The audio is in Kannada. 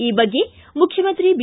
ಈ ಬಗ್ಗೆ ಮುಖ್ಯಮಂತ್ರಿ ಬಿ